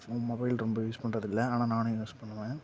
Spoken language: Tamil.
மொபைல் ரொம்ப யூஸ் பண்ணுறதுல்ல ஆனால் நானும் யூஸ் பண்ணுவேன்